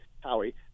Howie